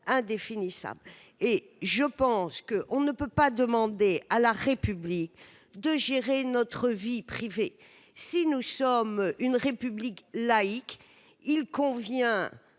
indéfinissable et je pense qu'on ne peut pas demander à la République de gérer notre vie privée, si nous sommes une république laïque, il convient